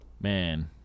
man